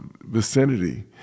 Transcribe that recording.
vicinity